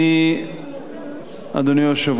אדוני היושב-ראש,